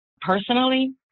personally